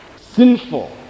sinful